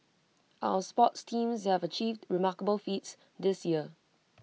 our sports teams have achieved remarkable feats this year